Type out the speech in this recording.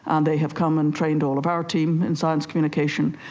and they have come and trained all of our team in science communication,